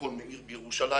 מכון "מאיר" בירושלים.